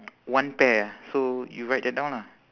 one pear ah so you write that down ah